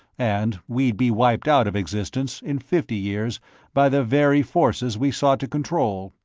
and we'd be wiped out of existence in fifty years by the very forces we sought to control,